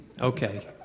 Okay